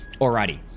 Alrighty